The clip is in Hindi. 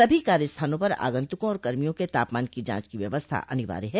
सभी कार्य स्थानों पर आगंतुकों और कर्मियों के तापमान की जांच की व्यवस्था अनिवार्य है